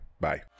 Bye